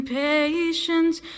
patience